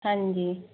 ਹਾਂਜੀ